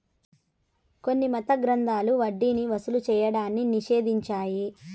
కొన్ని మత గ్రంథాలు వడ్డీని వసూలు చేయడాన్ని నిషేధించాయి